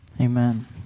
Amen